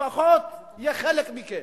לפחות יהיה חלק מכם,